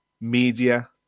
media